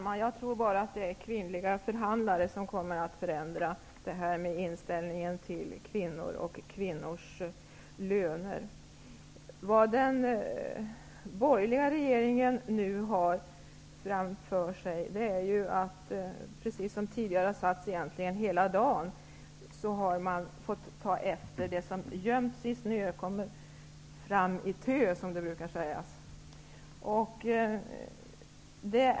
Fru talman! Det är, tror jag, bara kvinnliga förhandlare som kan förändra inställningen till kvinnor och kvinnors löner. Vad den borgerliga regeringen nu har framför sig är att -- det gäller egentligen allt som har debatterats i dag -- ordna upp det som man har fått ta över. Det som gömts i snö, kommer upp i tö, som det brukar heta.